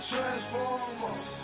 Transformers